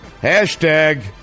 Hashtag